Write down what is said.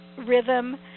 rhythm